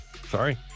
Sorry